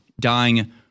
dying